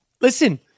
Listen